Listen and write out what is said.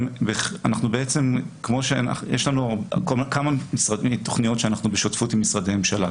יש לנו כמה תכניות שאנחנו בשותפות עם משרדי הממשלה,